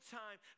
time